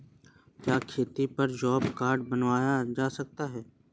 क्या खेती पर जॉब कार्ड बनवाया जा सकता है?